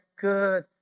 good